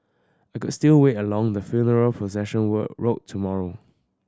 I can still wait along the funeral procession work route tomorrow